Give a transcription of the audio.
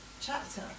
chapter